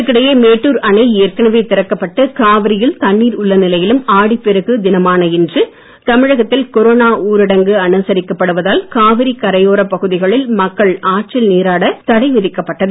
இதற்கிடையே மேட்டுர் அணை ஏற்கனவே திறக்கப்பட்டு காவிரியில் தண்ணீர் உள்ள நிலையிலும் ஆடிப் பெருக்கு தினமான இன்று தமிழகத்தில் கொரோனா ஊரடங்கு அனுசரிக்கப் படுவதால் காவிரி கரையோரப் பகுதிகளில் மக்கள் ஆற்றில் நீராட தடைவிதிக்கப் பட்டது